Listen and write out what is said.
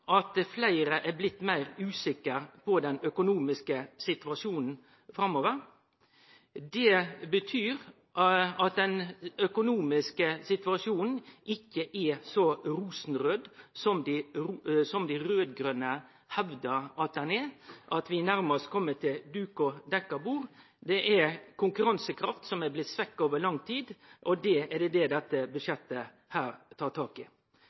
at fleire er blitt meir usikre når det gjeld den økonomiske situasjonen framover. Det betyr at den økonomiske situasjonen ikkje er så rosenraud som dei raud-grøne hevdar at han er, at vi nærmast kjem til dekt bord. Det er konkurransekraft som er blitt svekt over lang tid, og det er det dette budsjettet tar tak i.